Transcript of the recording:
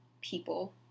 people